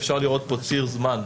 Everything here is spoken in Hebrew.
ציר זמן,